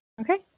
Okay